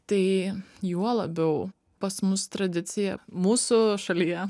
tai juo labiau pas mus tradicija mūsų šalyje